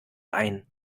ein